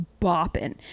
bopping